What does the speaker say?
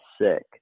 sick